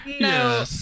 No